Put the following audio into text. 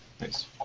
nice